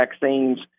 vaccines